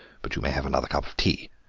but you may have another cup of tea.